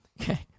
Okay